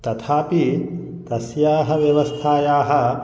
तथापि तस्याः व्यवस्थायाः